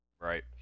right